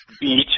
Beach